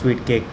sweet cake